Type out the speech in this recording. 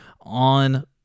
on